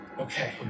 Okay